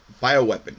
bioweapon